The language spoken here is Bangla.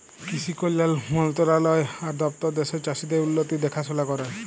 কিসি কল্যাল মলতরালায় আর দপ্তর দ্যাশের চাষীদের উল্লতির দেখাশোলা ক্যরে